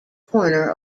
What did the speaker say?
corner